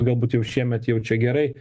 galbūt jau šiemet jau čia gerai